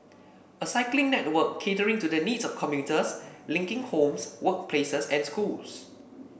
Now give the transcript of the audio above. a cycling network catering to the needs of commuters linking homes workplaces and schools